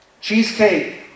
cheesecake